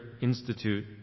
institute